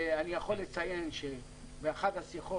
אני יכול לציין שבאחת השיחות,